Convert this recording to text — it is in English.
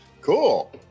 Cool